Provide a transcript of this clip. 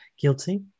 guilty